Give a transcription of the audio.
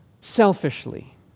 selfishly